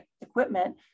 equipment